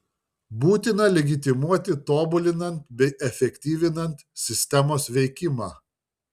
būtina legitimuoti tobulinant bei efektyvinant sistemos veikimą